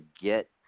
get